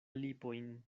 lipojn